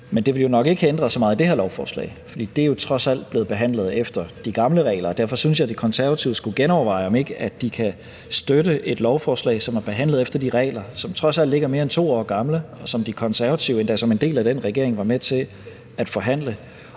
Men det ville jo nok ikke have ændret så meget i det her lovforslag, for det er jo trods alt blevet behandlet efter de gamle regler. Derfor synes jeg, De Konservative skulle genoverveje, om ikke de kan støtte et lovforslag, som er behandlet efter de regler, som trods alt ikke er mere end 2 år gamle, og som De Konservative endda som en del af den daværende regering var med til at forhandle,